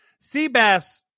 Seabass